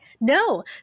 No